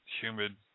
humid